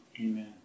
amen